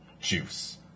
juice